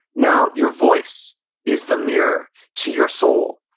now, your voice is the mirror to your soul.